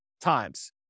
times